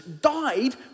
died